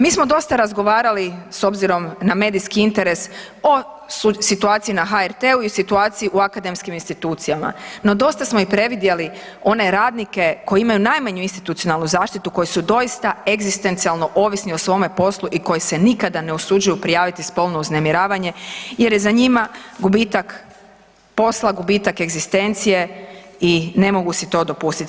Mi smo dosta razgovarali s obzirom na medijski interes o situaciji na HRT-u i situaciji u akademskim institucijama, no dosta smo i previdjeli one radnike koji imaju najmanju institucionalnu zaštitu koji su doista egzistencijalno ovisni o svime poslu i koji se nikada ne usuđuju prijaviti spolno uznemiravanje jer je za njima gubitak posla, gubitak egzistencije i ne mogu si to dopustiti.